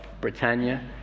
Britannia